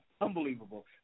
Unbelievable